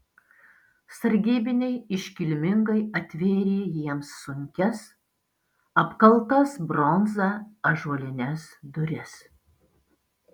sargybiniai iškilmingai atvėrė jiems sunkias apkaltas bronza ąžuolines duris